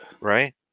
Right